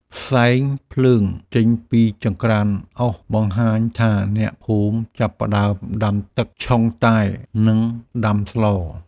ផ្សែងភ្លើងចេញពីចង្ក្រានអុស បង្ហាញថាអ្នកភូមិចាប់ផ្តើមដាំទឹកឆុងតែ និងដាំស្ល។